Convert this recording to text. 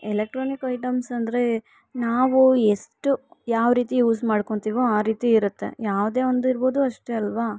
electronic ಐಟಮ್ಸಂದ್ರೆ ನಾವು ಎಷ್ಟು ಯಾವರೀತಿ ಯೂಸ್ ಮಾಡ್ಕೊಳ್ತೀವೋ ಆ ರೀತಿ ಇರುತ್ತೆ ಯಾವುದೇ ಒಂದು ಇರಬೋದು ಅಷ್ಟೇ ಅಲ್ವ